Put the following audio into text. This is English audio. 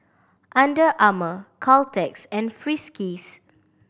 Under Armour Caltex and Friskies